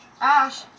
Ash